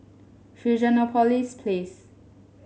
Fusionopolis Place